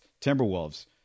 Timberwolves